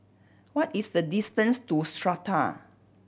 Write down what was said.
what is the distance to Strata